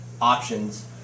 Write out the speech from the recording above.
options